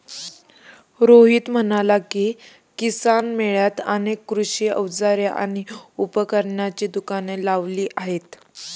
रोहित म्हणाला की, किसान मेळ्यात अनेक कृषी अवजारे आणि उपकरणांची दुकाने लावली आहेत